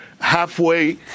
halfway